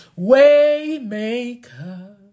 Waymaker